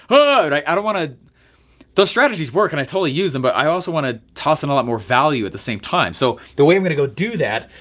oh, i don't wanna those strategies work and i totally use them. but i also wanna toss them a lot more value at the same time. so the way i'm gonna go do that,